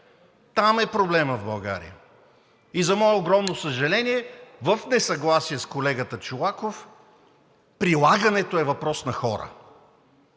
Там е проблемът в България. И за мое огромно съжаление, в несъгласие с колегата Чолаков, прилагането е въпрос на хора.